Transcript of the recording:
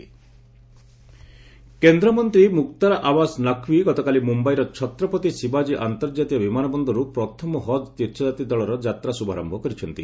ହଜ୍ କେନ୍ଦ୍ର ମନ୍ତ୍ରୀ ମ୍ମକ୍ତାର୍ ଆବାସ୍ ନକ୍ବି ଗତକାଲି ମ୍ମ୍ୟାଇର ଛତ୍ରପତି ଶିବାଜୀ ଅନ୍ତର୍କାତୀୟ ବିମାନବନ୍ଦରର୍ ପ୍ରଥମ ହଜ୍ ତୀର୍ଥଯାତ୍ରୀ ଦଳର ଯାତ୍ରା ଶ୍ରଭାରମ୍ଭ କରିଛନ୍ତି